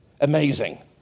amazing